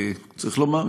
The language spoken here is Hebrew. צריך לומר,